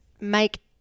make